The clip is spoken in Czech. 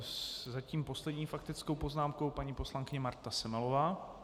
Se zatím poslední faktickou poznámkou paní poslankyně Marta Semelová.